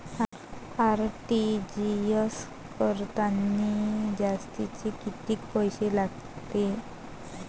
RTGS करतांनी जास्तचे कितीक पैसे लागते?